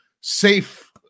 safe